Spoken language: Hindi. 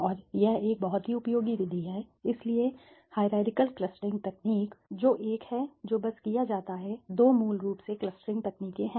और यह एक बहुत ही उपयोगी विधि है इसलिए हाईरारकिअल क्लस्टरिंगतकनीक जो एक है जो बस किया जाता है दो मूल रूप से क्लस्टरिंग तकनीकें हैं